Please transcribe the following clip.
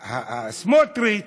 סמוטריץ,